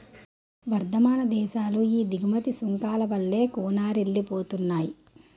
వర్థమాన దేశాలు ఈ దిగుమతి సుంకాల వల్లే కూనారిల్లిపోతున్నాయి